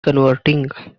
converting